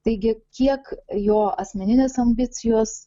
taigi kiek jo asmeninės ambicijos